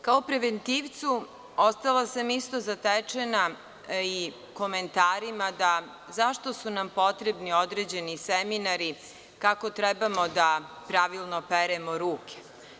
Kao preventivac, ostala sam isto zatečena i komentarima – zašto su nam potrebni određeni seminari kako trebamo da pravilno peremo ruke?